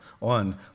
on